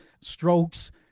strokes